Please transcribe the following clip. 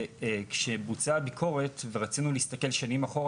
זה כשבוצעה הביקורת ורצינו להסתכל שנים אחורה,